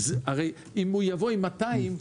הרי אם הוא יבוא עם 200,